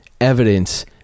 evidence